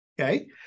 Okay